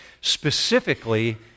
specifically